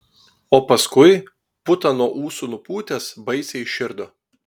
o paskui putą nuo ūsų nupūtęs baisiai įširdo